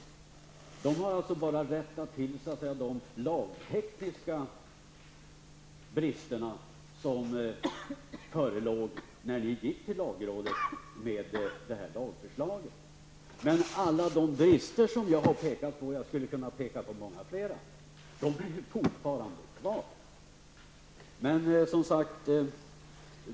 Man har bara rättat till de lagtekniska brister som förelåg när ni gick till lagrådet med detta lagförslag. Men alla de brister som jag har pekat på, och jag skulle kunna peka på många fler, är fortfarande kvar.